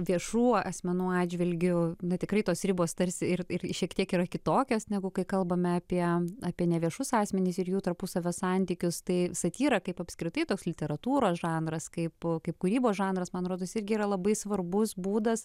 viešų asmenų atžvilgiu na tikrai tos ribos tarsi ir šiek tiek yra kitokios negu kai kalbame apie apie neviešus asmenys ir jų tarpusavio santykius tai satyra kaip apskritai toks literatūros žanras kaipo kaip kūrybos žanras man rodos irgi yra labai svarbus būdas